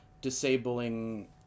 disabling